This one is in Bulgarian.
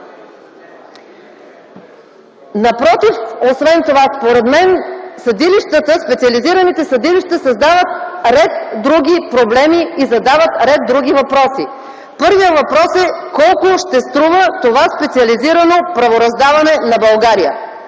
Напротив, освен това, според мен, специализираните съдилища създават ред други проблеми и задават ред други въпроси. Първият въпрос е: колко ще струва това специализирано правораздаване на България?